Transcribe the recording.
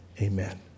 amen